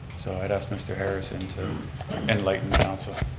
so i'd ask mr. harrison to enlighten the council.